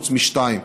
חוץ משתיים: